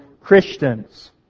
Christians